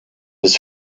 his